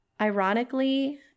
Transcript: Ironically